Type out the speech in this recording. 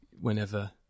whenever